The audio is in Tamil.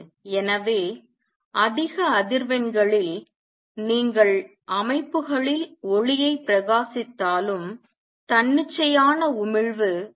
எனவே அதிக அதிர்வெண்களில் நீங்கள் அமைப்புகளில் ஒளியைப் பிரகாசித்தாலும் தன்னிச்சையான உமிழ்வு ஆதிக்கம் செலுத்தும்